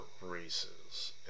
races